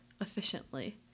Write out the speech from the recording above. efficiently